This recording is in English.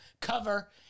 cover